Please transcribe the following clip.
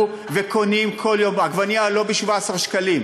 וקונים כל יום עגבנייה לא ב-17 שקלים,